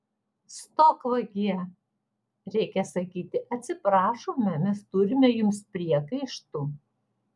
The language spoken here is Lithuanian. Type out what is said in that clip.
stok vagie reikia sakyti atsiprašome mes turime jums priekaištų